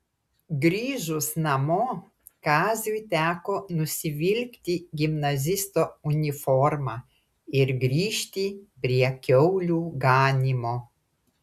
grįžus namo kaziui teko nusivilkti gimnazisto uniformą ir grįžti prie kiaulių ganymo